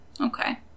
Okay